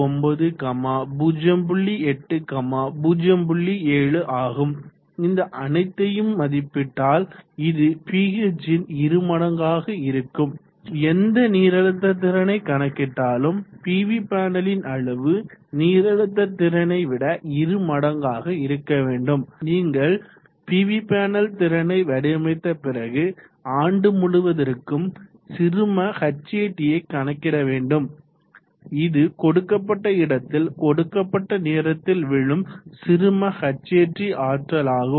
7 ஆகும் இந்த அனைத்தையும் மதிப்பிட்டால் இது Ph ன் இருமடங்காக இருக்கும் எந்த நீரழுத்த திறனை கணக்கிட்டாலும் பிவி பேனலின் அளவு நீரழுத்த திறனை விட இருமடங்காக இருக்கவேண்டும் நீங்கள் பிவி பேனல் திறனை வடிவமைத்த பிறகு ஆண்டு முழுவதற்கும் சிறும Hat கணக்கிட வேண்டும் இது கொடுக்கப்பட்ட இடத்தில் கொடுக்கப்பட்ட நேரத்தில் விழும் சிறும Hat ஆற்றல் ஆகும்